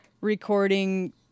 recording